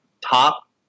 top